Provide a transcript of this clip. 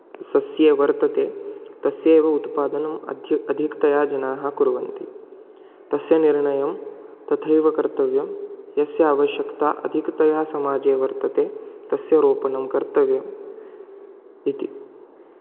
सस्ये वर्तते तस्यैव उत्पादनम् अद्य अधिकतया जनाः कुर्वन्ति तस्य निर्णयं तथैव कर्तव्यं यस्य आवश्यकता अधिकतया समाजे वर्तते तस्य रोपणं कर्तव्यम् इति